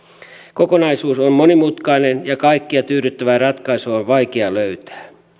kokonaisuus on monimutkainen ja kaikkia tyydyttävää ratkaisua on on vaikea löytää